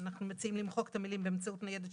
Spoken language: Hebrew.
אנחנו מציעים למחוק את המילים "באמצעות ניידת שירות".